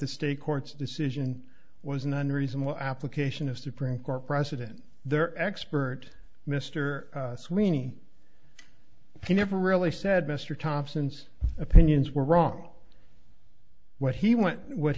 the state court's decision was an unreasonable application of supreme court precedent their expert mr sweeney he never really said mr thompson's opinions were wrong what he wanted what